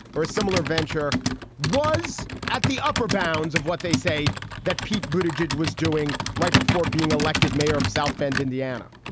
or a similar venture was at the upper bounds of what they say that pete boogied was doing right before being elected mayor of south bend, indiana.